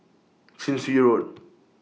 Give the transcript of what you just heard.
Chin Swee Road